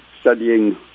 studying